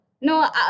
No